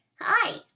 Hi